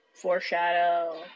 Foreshadow